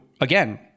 again